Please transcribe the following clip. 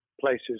places